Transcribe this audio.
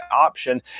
option